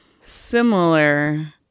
similar